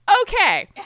okay